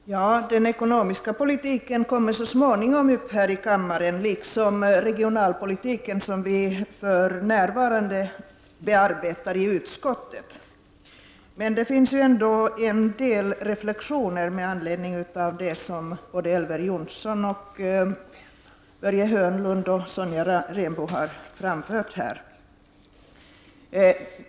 Fru talman! Den ekonomiska politiken kommer så småningom att debatteras här i kammaren. Detta gäller även regionalpolitiken, som vi för närva rande arbetar med i utskottet. Men jag vill ändå göra en del reflexioner med anledning av det som Elver Jonsson, Börje Hörnlund och Sonja Rembo sagt i denna debatt.